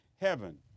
heaven